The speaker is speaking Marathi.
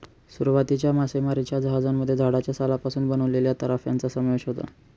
सुरुवातीच्या मासेमारीच्या जहाजांमध्ये झाडाच्या सालापासून बनवलेल्या तराफ्यांचा समावेश होता